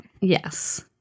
Yes